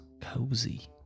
cozy